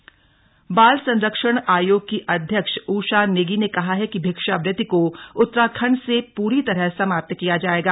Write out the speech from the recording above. भिक्षावति बाल संरक्षण आयोग की अध्यक्ष उषा नेगी ने कहा है कि भिक्षावृति को उत्तराखंड से पूरी तरह समाप्त किया जाएगा